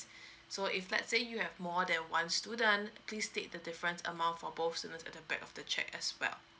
so if let's say you have more than one student please state the different amount for both students at the back of the cheque as well